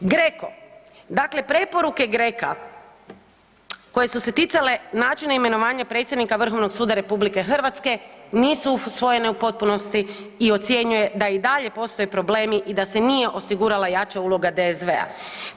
GRECO, dakle preporuke GRECO-a koje su se ticale načina imenovanja predsjednika Vrhovnog suda RH nisu usvojene u potpunosti i ocjenjuje da i dalje postoje problemi i da se nije osigurala jača uloga DSV-a.